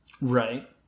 Right